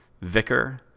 vicar